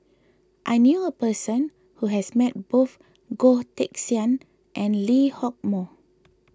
I knew a person who has met both Goh Teck Sian and Lee Hock Moh